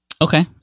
Okay